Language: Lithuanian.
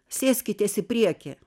sėskitės į priekį